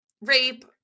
rape